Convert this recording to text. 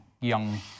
young